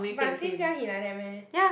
but since young he like that meh